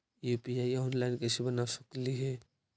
UPI online कैसे बना सकली हे?